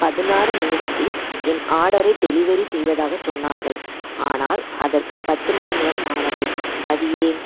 பதினாறு நிமிடத்தில் என் ஆர்டரை டெலிவெரி செய்வதாக சொன்னார்கள் ஆனால் அதற்கு பத்து மணிநேரம் ஆனதே அது ஏன்